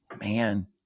man